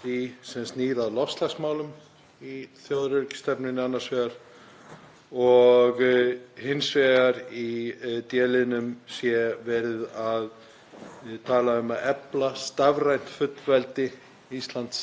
því sem snýr að loftslagsmálum í þjóðaröryggisstefnunni annars vegar og hins vegar að í d-liðnum sé verið að tala um að efla stafrænt fullveldi Íslands,